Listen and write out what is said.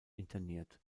interniert